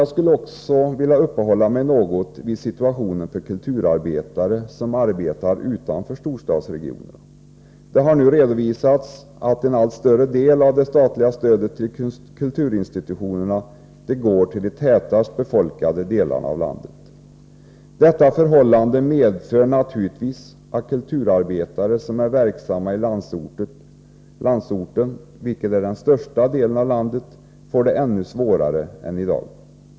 Jag skulle också vilja uppehålla mig något vid situationen för kulturarbetare som arbetar utanför storstadsregionerna. Det har nu redovisats att en allt större del av det statliga stödet till kulturinstitutionerna går till de tätast befolkade delarna av landet. Detta förhållande medför naturligtvis att kulturarbetare som är verksamma i landsorten, vilket är den största delen av landet, får det ännu svårare än i dag.